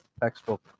textbook